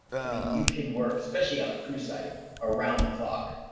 i mean, you can work especially on the crew side around the clock,